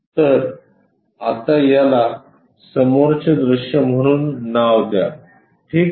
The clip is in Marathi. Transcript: तर आता याला समोरचे दृश्य म्हणून नाव द्या ठीक आहे